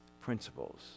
principles